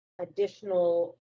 additional